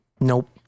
Nope